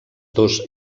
dos